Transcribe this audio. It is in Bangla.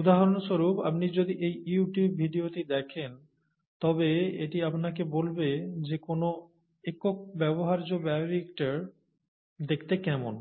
উদাহরণস্বরূপ আপনি যদি এই ইউটিউব ভিডিওটি দেখেন তবে এটি আপনাকে বলবে যে কোনও একক ব্যবহার্য বায়োরিয়্যাক্টর দেখতে কেমন